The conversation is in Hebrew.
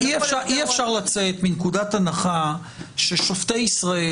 אי-אפשר לצאת מנקודת הנחה ששופטי ישראל